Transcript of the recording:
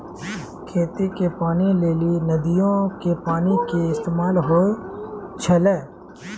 खेती के पानी लेली नदीयो के पानी के इस्तेमाल होय छलै